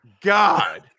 God